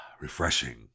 refreshing